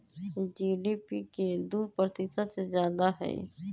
GDP के दु प्रतिशत से जादा हई